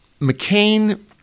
McCain